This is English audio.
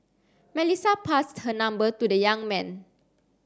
Melissa passed her number to the young man